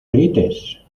grites